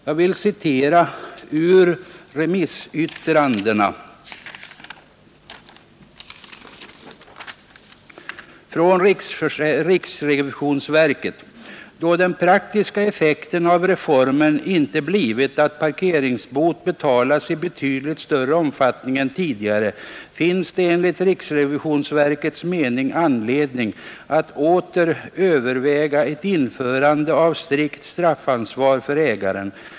Jag vill citera ur remissyttrandet från riksrevisionsverket: ”Då den praktiska effekten av reformen inte blivit att parkeringsbot betalas i betydligt större omfattning än tidigare, finns det enligt RRV:s mening anledning att åter överväga ett införande av strikt straffansvar för ägaren.